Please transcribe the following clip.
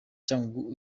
cyangugu